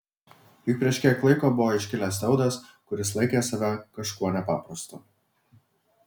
juk prieš kiek laiko buvo iškilęs teudas kuris laikė save kažkuo nepaprastu